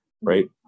right